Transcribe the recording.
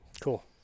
Cool